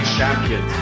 champion